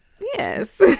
Yes